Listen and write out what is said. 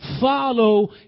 Follow